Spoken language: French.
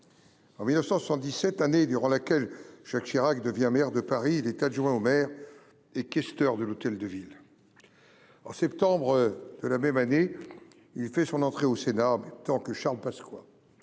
En 1977, année durant laquelle Jacques Chirac devient maire de Paris, il est adjoint au maire et questeur de l’Hôtel de Ville. Au mois de septembre de la même année, il fait son entrée au Sénat, en même temps que Charles Pasqua.